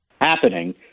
happening